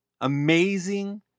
amazing